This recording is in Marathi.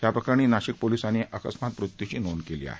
या प्रकरणी नाशिक पोलिसांनी अकस्मात मृत्यूची नोंद केली आहे